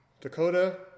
Dakota